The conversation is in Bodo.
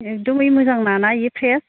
एकदम ओइ मोजां ना ना बे फ्रेस